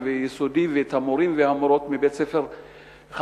ובית-הספר היסודי ואת המורים ואת המורות מבית-ספר עילבון.